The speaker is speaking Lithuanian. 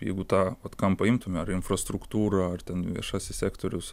jeigu tą vat kampą imtume ar infrastruktūrą ar ten viešasis sektorius